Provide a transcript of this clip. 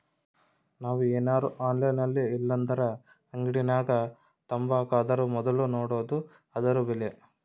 ನಾವು ಏನರ ಆನ್ಲೈನಿನಾಗಇಲ್ಲಂದ್ರ ಅಂಗಡ್ಯಾಗ ತಾಬಕಂದರ ಮೊದ್ಲು ನೋಡಾದು ಅದುರ ಬೆಲೆ